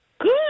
Good